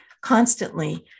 Constantly